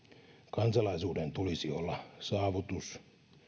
kansalaisuuden tulisi olla saavutus